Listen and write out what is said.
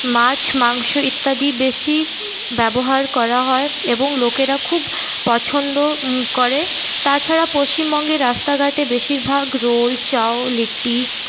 মাছ মাংস ইত্যাদি বেশি ব্যবহার করা হয় এবং লোকেরা খুব পছন্দ করে তাছাড়া পশ্চিমবঙ্গে রাস্তাঘাটে বেশিরভাগ রোল চাউ লেট্টি